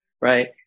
Right